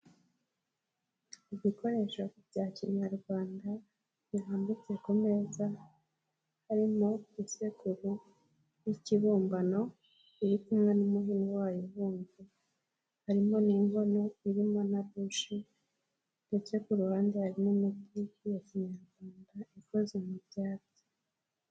Ibikoresho bya Kinyarwanda birambitse ku meza, harimo isekuru y'ikibumbano iri kumwe n'umuhini wayo ubumbye, harimo n'inkono irimo na bushi ndetse ku ruhande hari n'imiti ya Kinyarwanda ikoze mu byatsi.